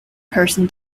person